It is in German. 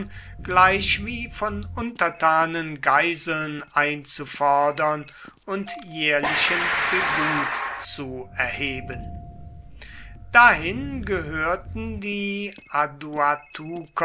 gleich wie von untertanen geiseln einzufordern und jährlichen tribut zu erheben dahin gehörten die